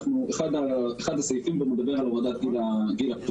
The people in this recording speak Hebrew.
אחד הסעיפים בו מדבר על הורדת גיל הפטור.